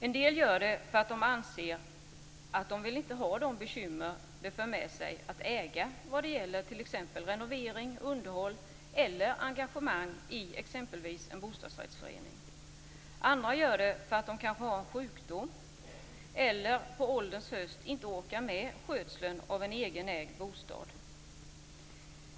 En del gör det för att de inte vill ha de bekymmer det för med sig att äga vad gäller renovering, underhåll eller engagemang i exempelvis en bostadsrättsförening. Andra gör det för att de har en sjukdom eller på ålderns höst inte orkar med skötseln av en egen ägd bostad.